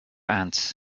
ants